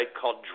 called